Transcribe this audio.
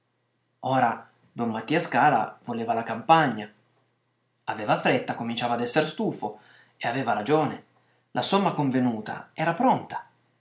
don mattia scala voleva la campagna aveva fretta cominciava a essere stufo e aveva ragione la somma convenuta era pronta